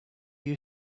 you